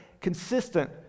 consistent